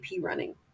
running